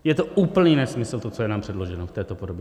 Je to úplný nesmysl, to, co je nám předloženo v této podobě.